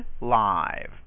live